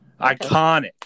Iconic